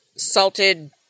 Salted